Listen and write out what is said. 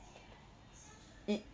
it